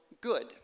good